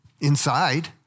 inside